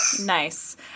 Nice